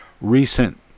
recent